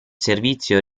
servizio